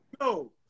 No